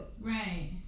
right